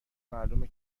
معلومه